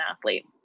athlete